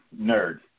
Nerd